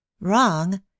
Wrong